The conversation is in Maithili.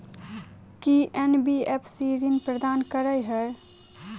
की एन.बी.एफ.सी ऋण प्रदान करे है?